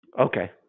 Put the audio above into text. Okay